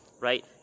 right